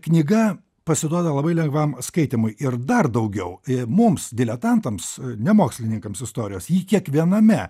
knyga pasiduoda labai lengvam skaitymui ir dar daugiau mums diletantams ne mokslininkams istorijos jį kiekviename